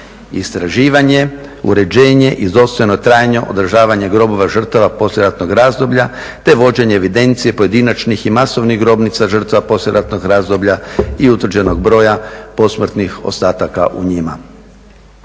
istraživanje, uređenje i dostojno trajanje, održavanje grobova žrtava poslijeratnog razdoblja te vođenje evidencije pojedinačnih i masovnih grobnica žrtava poslijeratnog razdoblja i utvrđenog broja posmrtnih ostatak u njima.